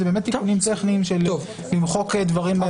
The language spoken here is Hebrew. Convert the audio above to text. אלה תיקונים טכניים של מחיקת דברים.